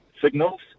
signals